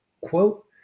quote